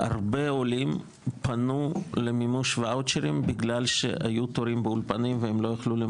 הרבה עולים פנו למימוש וואוצ'רים בגלל שהיו הרבה תורים באולפנים,